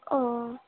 ও